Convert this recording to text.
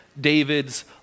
David's